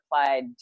applied